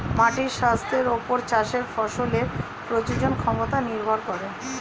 মাটির স্বাস্থ্যের ওপর চাষের ফসলের প্রজনন ক্ষমতা নির্ভর করে